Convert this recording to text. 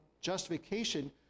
justification